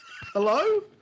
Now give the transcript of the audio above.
Hello